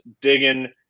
digging